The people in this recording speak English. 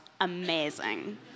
amazing